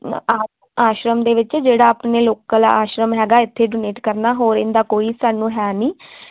ਆ ਆਸ਼ਰਮ ਦੇ ਵਿੱਚ ਜਿਹੜਾ ਆਪਣੇ ਲੋਕਲ ਆਸ਼ਰਮ ਹੈਗਾ ਇੱਥੇ ਡੋਨੇਟ ਕਰਨਾ ਹੋਰ ਇਹਦਾ ਕੋਈ ਸਾਨੂੰ ਹੈ ਨਹੀਂ